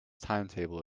timetable